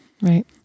Right